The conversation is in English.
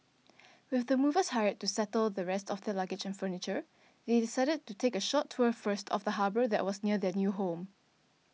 with the movers hired to settle the rest of their luggage and furniture they decided to take a short tour first of the harbour that was near their new home